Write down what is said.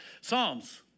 Psalms